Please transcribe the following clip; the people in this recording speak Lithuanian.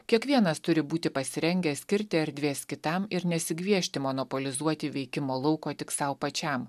kiekvienas turi būti pasirengęs skirti erdvės kitam ir nesigviešti monopolizuoti veikimo lauko tik sau pačiam